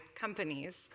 companies